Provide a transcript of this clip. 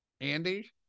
Andy